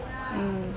mm